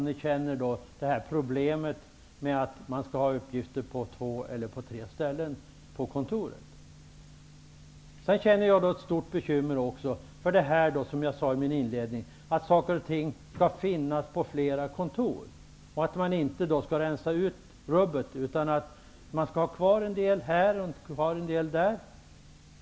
Ni känner tydligen till problemet med att uppgifter finns samlade på två tre ställen på ett kontor. Ett stort bekymmer är, som jag sade inledningsvis, att saker och ting skall finnas på flera kontor. Man skall ju inte rensa ut rubbet, utan en del skall vara kvar här och en del där.